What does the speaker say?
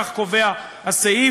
כך קובע הסעיף.